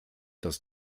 das